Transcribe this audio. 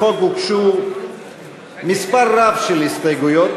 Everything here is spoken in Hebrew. לחוק הוגשו מספר רב של הסתייגויות,